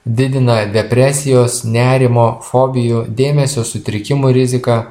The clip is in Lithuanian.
didina depresijos nerimo fobijų dėmesio sutrikimų riziką